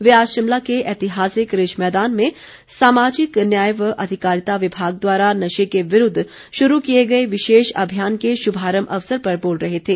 वे आज शिमला के ऐतिहासिक रिज मैदान में सामाजिक न्याय व अधिकारिता विभाग द्वारा नशे के विरूद्व शुरू किए गए विशेष अभियान के शुभारम्भ अवसर पर बोल रहे थे